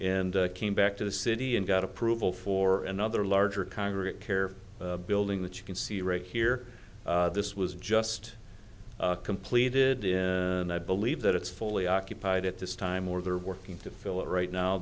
and came back to the city and got approval for another larger congregate care building that you can see right here this was just completed in and i believe that it's fully occupied at this time or they're working to fill it right now